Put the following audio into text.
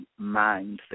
mindset